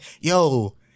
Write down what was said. yo